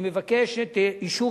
אני מבקש את אישור